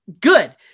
Good